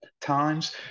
times